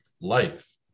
life